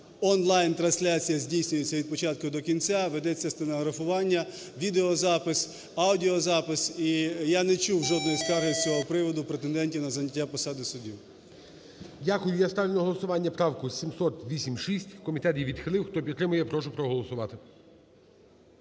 онлайн-трансляція здійснюється від початку до кінця, ведеться стенографування, відеозапис, аудіозапис, і я не чув жодної скарги з цього приводу претендентів на зайняття посади судді. ГОЛОВУЮЧИЙ. Дякую. Я ставлю на голосування правку 786. Комітет її відхилив. Хто підтримує, прошу проголосувати.